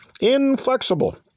inflexible